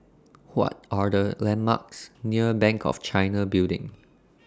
What Are The landmarks near Bank of China Building